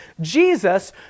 Jesus